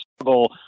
struggle